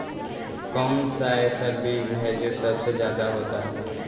कौन सा ऐसा बीज है जो सबसे ज्यादा होता है?